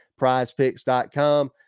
prizepicks.com